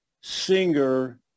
singer